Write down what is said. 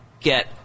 get